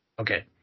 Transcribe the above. Okay